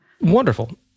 Wonderful